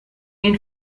ihn